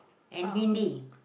and Hindi